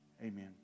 Amen